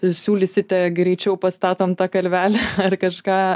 siūlysite greičiau pastatom tą kalvelę ar kažką